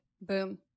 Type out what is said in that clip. Boom